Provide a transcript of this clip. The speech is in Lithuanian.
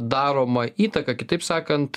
daromą įtaką kitaip sakant